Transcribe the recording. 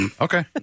Okay